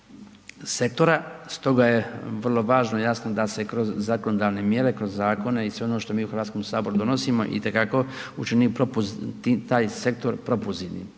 sektora, stoga je vrlo važno i jasno da se kroz zakonodavne mjere, kroz zakone i sve ono što mi u HS donosimo itekako učini propo, taj sektor propozivnim,